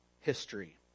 history